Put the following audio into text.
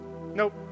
nope